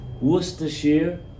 Worcestershire